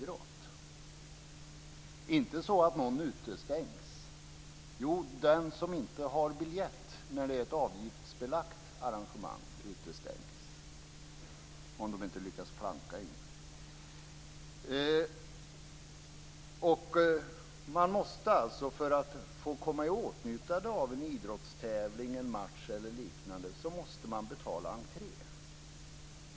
Det är inte så att någon utestängs, utom de som inte har biljett när det är ett avgiftsbelagt arrangemang, om de inte lyckas planka in. Man måste alltså för att komma i åtnjutande av en idrottstävling, en match eller liknande betala entré.